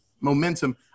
momentum